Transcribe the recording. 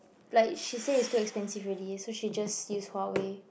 like she say it's too expensive already so she just use Huawei